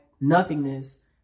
nothingness